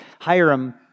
Hiram